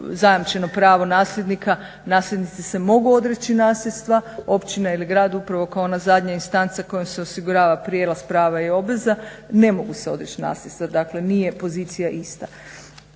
zajamčeno pravo nasljednika nasljednici se mogu odreći nasljedstva. Općina ili grad upravo kao ona zadnja instanca kojom se osigurava prijelaz prava i obveza ne mogu se odreći nasljedstva. Dakle, nije pozicija ista.